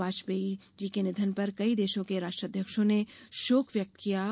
वाजपेयी के निधन पर कई देशों के राष्ट्राध्यक्षों ने शोक व्यक्त किया है